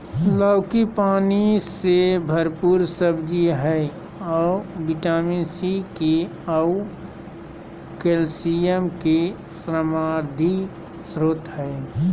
लौकी पानी से भरपूर सब्जी हइ अ विटामिन सी, के आऊ कैल्शियम के समृद्ध स्रोत हइ